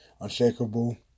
unshakable